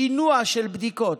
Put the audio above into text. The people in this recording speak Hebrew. שינוע של בדיקות,